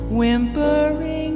whimpering